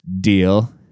deal